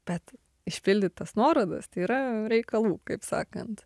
bet išpildyt tas nuorodas tai yra reikalų kaip sakant